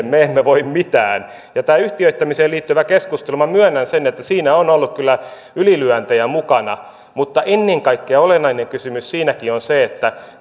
me emme voi mitään tämä yhtiöittämiseen liittyvä keskustelu minä myönnän sen että siinä on ollut kyllä ylilyöntejä mukana mutta ennen kaikkea olennainen kysymys siinäkin on se että